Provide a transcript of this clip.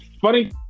funny